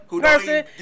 person